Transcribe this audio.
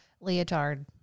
leotard